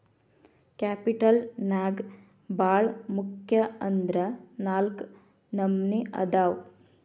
capital ನ್ಯಾಗ್ ಭಾಳ್ ಮುಖ್ಯ ಅಂದ್ರ ನಾಲ್ಕ್ ನಮ್ನಿ ಅದಾವ್